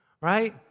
right